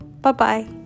Bye-bye